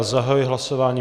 Zahajuji hlasování.